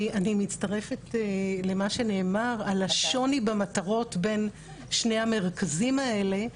אני מצטרפת למה שנאמר על השוני במטרות בין שני המרכזים האלה,